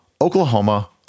Oklahoma